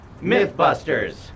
Mythbusters